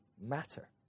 matter